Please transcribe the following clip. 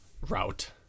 route